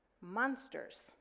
monsters